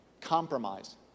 Compromise